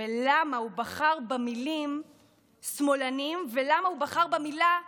למה הוא בחר במילה "שמאלנים" ולמה הוא בחר במילה "בוגדים".